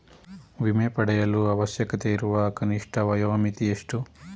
ವಿಮೆ ಪಡೆಯಲು ಅವಶ್ಯಕತೆಯಿರುವ ಕನಿಷ್ಠ ವಯೋಮಿತಿ ಎಷ್ಟು?